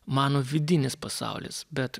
mano vidinis pasaulis bet